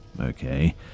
okay